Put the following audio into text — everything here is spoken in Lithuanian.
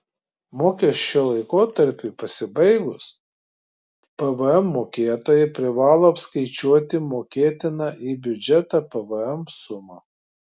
mokesčio laikotarpiui pasibaigus pvm mokėtojai privalo apskaičiuoti mokėtiną į biudžetą pvm sumą